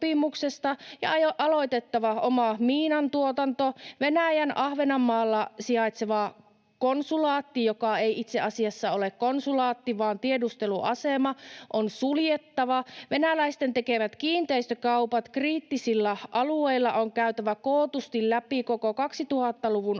ja aloitettava oma miinantuotanto. Venäjän Ahvenanmaalla sijaitseva konsulaatti, joka ei itse asiassa ole konsulaatti vaan tiedusteluasema, on suljettava. Venäläisten tekemät kiinteistökaupat kriittisillä alueilla on käytävä kootusti läpi koko 2000‑luvun ajalta,